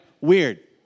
Weird